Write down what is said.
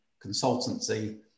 consultancy